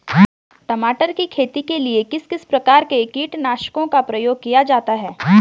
टमाटर की खेती के लिए किस किस प्रकार के कीटनाशकों का प्रयोग किया जाता है?